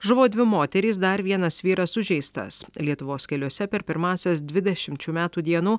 žuvo dvi moterys dar vienas vyras sužeistas lietuvos keliuose per pirmąsias dvidešimt šių metų dienų